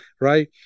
right